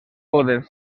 poden